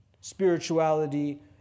spirituality